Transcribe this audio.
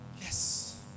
Yes